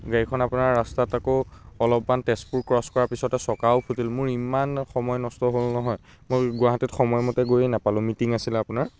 গাড়ীখন আপোনাৰ ৰাস্তাত আকৌ অলপমান তেজপুৰ ক্ৰছ কৰাৰ পিছতে চকাও ফুটিল মোৰ ইমান সময় নষ্ট হ'ল নহয় মই গুৱাহাটীত সময়মতে গৈয়ে নাপালোঁ মিটিং আছিলে আপোনাৰ